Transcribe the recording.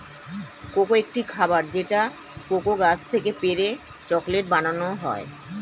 cocoa একটি খাবার যেটা কোকো গাছ থেকে পেড়ে চকলেট বানানো হয়